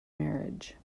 marriage